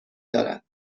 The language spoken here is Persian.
دارد